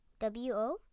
W-O